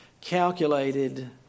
calculated